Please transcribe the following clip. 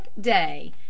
day